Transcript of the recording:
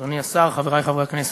אדוני השר, חברי חברי הכנסת,